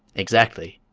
exactly.